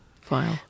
file